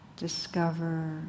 Discover